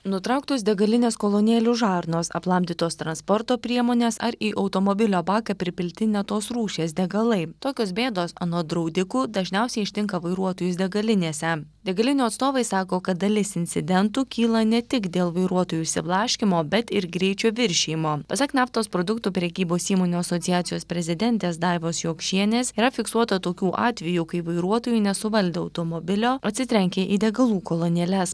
nutrauktos degalinės kolonėlių žarnos aplamdytos transporto priemonės ar į automobilio baką pripilti ne tos rūšies degalai tokios bėdos anot draudikų dažniausiai ištinka vairuotojus degalinėse degalinių atstovai sako kad dalis incidentų kyla ne tik dėl vairuotojų išsiblaškymo bet ir greičio viršijimo pasak naftos produktų prekybos įmonių asociacijos prezidentės daivos jokšienės yra fiksuota tokių atvejų kai vairuotojai nesuvaldė automobilio atsitrenkė į degalų kolonėles